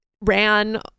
ran